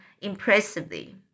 impressively